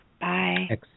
Bye